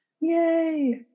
Yay